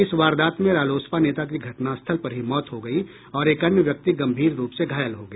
इस वारदात में रालोसपा नेता की घटनास्थल पर ही मौत हो गयी और एक अन्य व्यक्ति गंभीर रूप से घायल हो गया